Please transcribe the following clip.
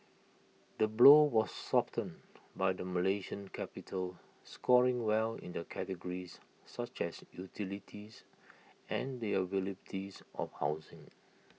the blow was softened by the Malaysian capital scoring well in the categories such as utilities and the availability's of housing